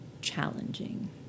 challenging